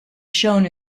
shown